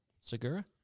Segura